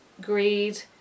greed